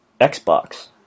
Xbox